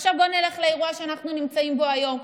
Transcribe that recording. עכשיו בוא נלך לאירוע שאנחנו נמצאים בו היום,